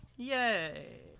Yay